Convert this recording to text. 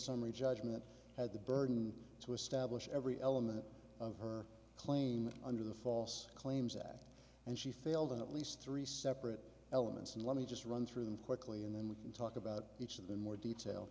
summary judgment had the burden to establish every element of her claim under the false claims act and she failed in at least three separate elements and let me just run through them quickly and then we can talk about each of them more detail